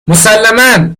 مسلما